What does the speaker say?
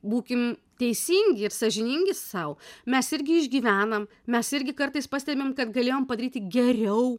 būkim teisingi ir sąžiningi sau mes irgi išgyvenam mes irgi kartais pastebim kad galėjom padaryti geriau